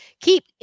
keep